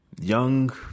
young